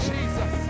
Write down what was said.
Jesus